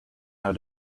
how